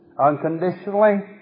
unconditionally